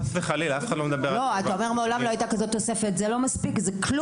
חס וחלילה, אף אחד לא מדבר על טובה.